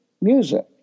music